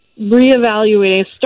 reevaluating